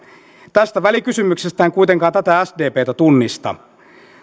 tästä välikysymyksestä en kuitenkaan tätä sdptä tunnista